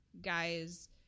guys